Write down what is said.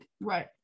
Right